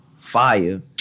fire